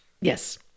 Yes